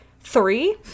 three